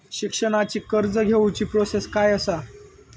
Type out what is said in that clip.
शिक्षणाची कर्ज घेऊची प्रोसेस काय असा?